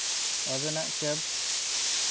ᱟᱵᱮᱱᱟᱜ ᱠᱮᱵᱽ